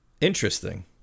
interesting